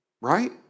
Right